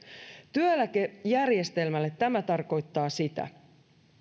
työeläkejärjestelmälle tämä tarkoittaa sitä